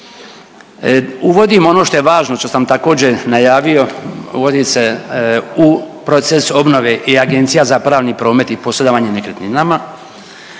Uvodimo ono što je važno što sam također najavio uvodi se u proces obnove i Agencija za pravni promet i posredovanje nekretninama